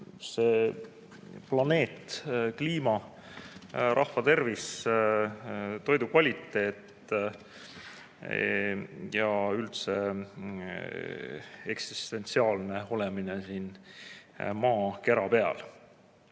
see planeet, kliima, rahva tervis, toidu kvaliteet ja üldse eksistentsiaalne olemine siin maakera peal!